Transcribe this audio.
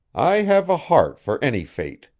i have a heart for any fate,